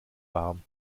warm